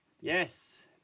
Yes